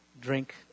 drink